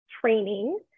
training